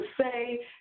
say